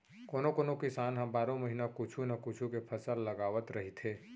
कोनो कोनो किसान ह बारो महिना कुछू न कुछू के फसल लगावत रहिथे